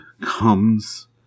comes